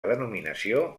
denominació